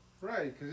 Right